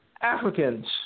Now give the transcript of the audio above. Africans